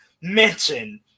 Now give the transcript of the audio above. mention